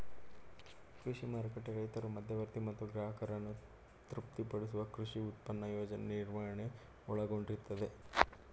ಕೃಷಿ ಮಾರುಕಟ್ಟೆ ರೈತರು ಮಧ್ಯವರ್ತಿ ಮತ್ತು ಗ್ರಾಹಕರನ್ನು ತೃಪ್ತಿಪಡಿಸುವ ಕೃಷಿ ಉತ್ಪನ್ನ ಯೋಜನೆ ನಿರ್ವಹಣೆನ ಒಳಗೊಂಡಿರ್ತದೆ